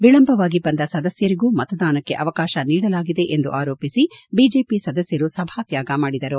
ವಿಳಂಬವಾಗಿ ಬಂದ ಸದಸ್ಕರಿಗೂ ಮತದಾನಕ್ಕೆ ಅವಕಾಶ ನೀಡಲಾಗಿದೆ ಎಂದು ಆರೋಪಿಸಿ ಬಿಜೆಪಿ ಸದಸ್ಕರು ಸಭಾತ್ಯಾಗ ಮಾಡಿದರು